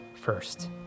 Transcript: first